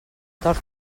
tord